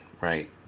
right